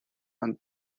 and